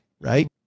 right